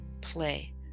play